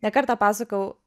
ne kartą pasakojau